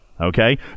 Okay